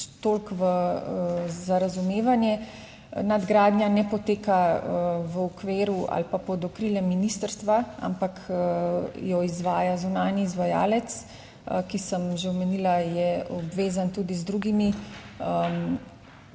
toliko, za razumevanje, nadgradnja ne poteka v okviru ali pa pod okriljem ministrstva, ampak jo izvaja zunanji izvajalec, ki sem že omenila, je obvezen tudi z drugimi